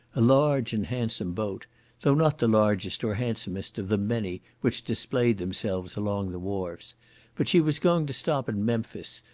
a large and handsome boat though not the largest or handsomest of the many which displayed themselves along the wharfs but she was going to stop at memphis,